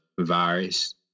virus